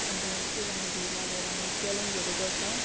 अन्त सबैजना भेला भएर हामीले च्यालेन्जहरू गर्छ